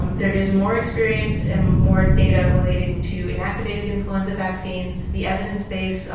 um there is more experience and more data relating to inactivated influenza vaccines. the evidence base,